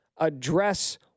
Address